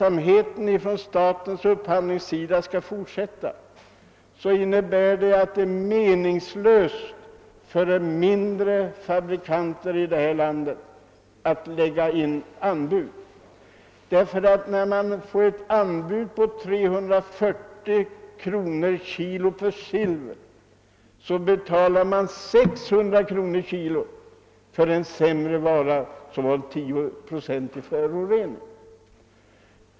Om en sådan statlig upphandling skall fortsätta är det meningslöst för mindre fabrikanter i detta land att lägga in anbud. När det lämnas anbud på 340 kr. per kilo för silver betalar upphandlarna 600 kr. för en sämre vara med 10 procents förorening.